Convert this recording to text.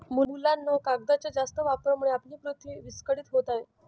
मुलांनो, कागदाच्या जास्त वापरामुळे आपली पृथ्वी विस्कळीत होत आहे